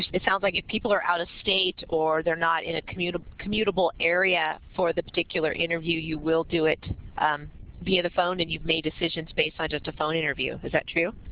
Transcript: it sounds like if people are out of state or they're not in a commutable commutable area for the particular interview, you will do it via the phone and you've made decisions based on just a phone interview. is that true?